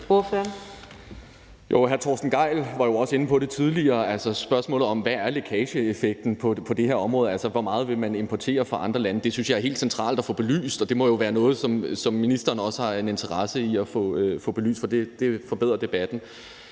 Torsten Gejl var jo også inde på det tidligere, altså spørgsmålet om, hvad lækageeffekten er på det her område, altså hvor meget man vil importere fra andre lande. Det synes jeg er helt centralt at få belyst, og det må jo være noget, som ministeren også har en interesse i at få belyst, for det forbedrer debatten.